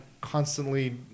constantly